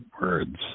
words